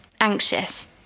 anxious